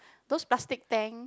those plastic tank